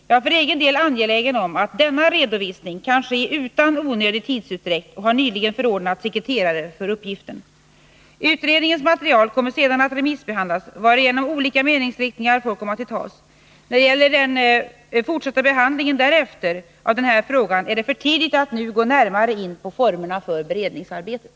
Jag är för egen del angelägen om att denna redovisning kan ske utan onödig tidsutdräkt och har nyligen förordnat sekreterare för uppgiften. Utredningens material kommer sedan att remissbehandlas, varigenom olika meningsriktningar får komma till tals. När det gäller den fortsatta behandlingen av denna fråga är det för tidigt att nu gå närmare in på formerna för beredningsarbetet.